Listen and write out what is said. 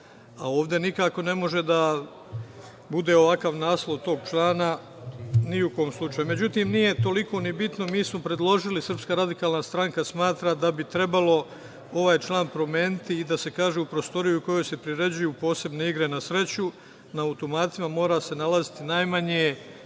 a ovde nikako ne može da bude ovakav naslov tog člana ni u kom slučaju.Međutim, nije toliko ni bitno. Mi smo predložili, SRS smatra da bi trebalo ovaj član promeniti i da se kaže - u prostoriju u kojoj se priređuju posebne igre na sreću na automatima mora se nalaziti najmanje